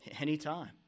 Anytime